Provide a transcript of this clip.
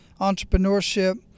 entrepreneurship